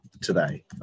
today